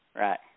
right